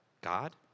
God